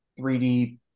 3D